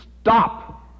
Stop